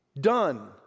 Done